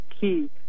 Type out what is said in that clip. key